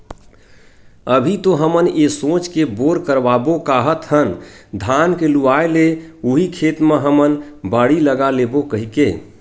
अभी तो हमन ये सोच के बोर करवाबो काहत हन धान के लुवाय ले उही खेत म हमन बाड़ी लगा लेबो कहिके